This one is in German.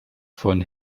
von